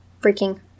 freaking